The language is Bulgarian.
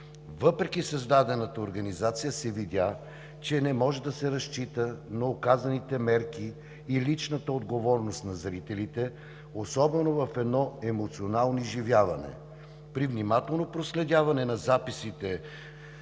Въпреки създадената организация се видя, че не може да се разчита на указаните мерки и личната отговорност на зрителите особено в едно емоционално изживяване. При внимателно проследяване на записите